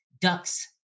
ducks